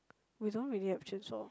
we don't really have chainsaw